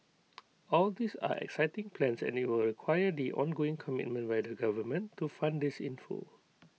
all these are exciting plans and IT will require the ongoing commitment by the government to fund this in full